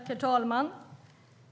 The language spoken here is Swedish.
Herr talman!